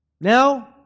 Now